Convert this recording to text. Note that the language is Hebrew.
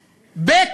ב.